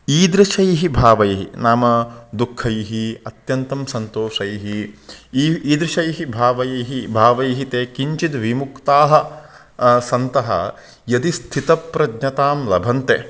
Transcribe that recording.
ईदृशैः भावैः नाम दुःखैः अत्यन्तं सन्तोषैः ई ईदृशैः भावैः भावैः ते किञ्चिद् विमुक्ताः सन्तः यदि स्थितप्रज्ञतां लभन्ते